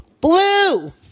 Blue